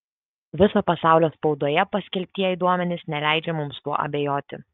viso pasaulio spaudoje paskelbtieji duomenys neleidžia mums tuo abejoti